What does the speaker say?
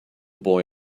boy